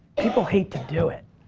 people hate to do it.